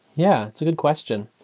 yeah. it's a good question.